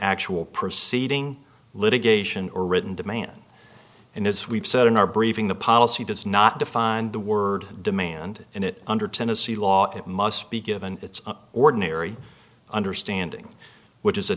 actual proceeding litigation or written demand and as we've said in our briefing the policy does not define the word demand in it under tennessee law it must be given its ordinary understanding which is a